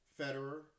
Federer